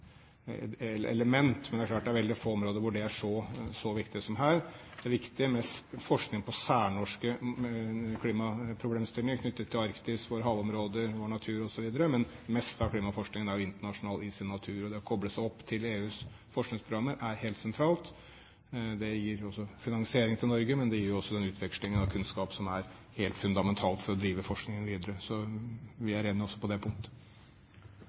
det er så viktig som her. Det er viktig med forskning på særnorske klimaproblemstillinger knyttet til Arktis, for havområder, vår natur osv., men det meste av klimaforskningen er internasjonal i sin natur, og det å koble seg opp til EUs forskningsprogrammer er helt sentralt. Det gir finansiering til Norge, men det medfører også utveksling av kunnskap, som er helt fundamentalt for å drive forskningen videre – så vi er enige også på det punktet.